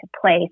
place